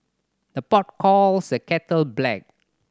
the pot calls the kettle black